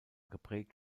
geprägt